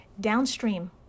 downstream